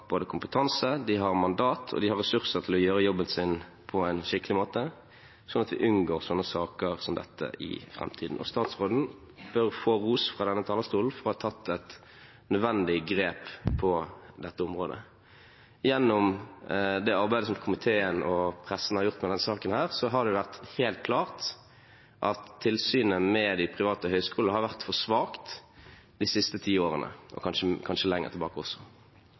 på en skikkelig måte, slik at vi unngår saker som dette i framtiden. Statsråden bør få ros fra denne talerstolen for å ha tatt et nødvendig grep på dette området. Gjennom det arbeidet som komiteen og resten har gjort med denne saken, har det vært helt klart at tilsynet med de private høyskolene har vært for svakt de siste ti årene, og kanskje lenger tilbake også.